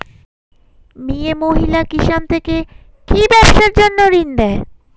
মিয়ে মহিলা কিষান থেকে কি ব্যবসার জন্য ঋন দেয়?